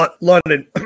london